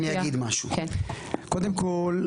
קודם כול,